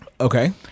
Okay